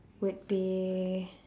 would be